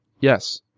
Yes